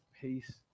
peace